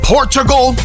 Portugal